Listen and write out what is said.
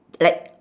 like